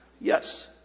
Yes